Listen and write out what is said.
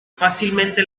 fácilmente